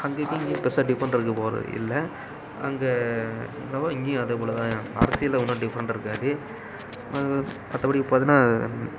அங்கேக்கி இங்கே பெருசாக டிஃப்ரண்ட் இருக்க போகிறது இல்லை அங்கே என்னவோ இங்கேயும் அதேபோல தான் அரசியல் ஒன்றும் டிஃப்ரண்ட் இருக்காது மற்றபடி பார்த்தோனா